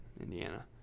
Indiana